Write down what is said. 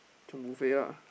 chiong buffet lah